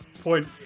Point